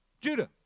Judah